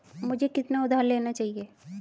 मुझे कितना उधार लेना चाहिए?